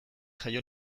jaio